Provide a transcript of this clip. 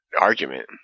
argument